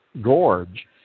gorge